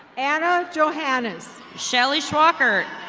anna johanes. shelly shwacker.